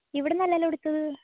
ഇവിടെന്നല്ലല്ലോ എടുത്തത്